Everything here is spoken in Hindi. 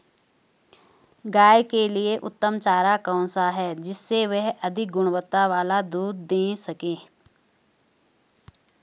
गाय के लिए उत्तम चारा कौन सा है जिससे वह अधिक गुणवत्ता वाला दूध दें सके?